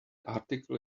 article